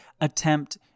attempt